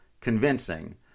convincing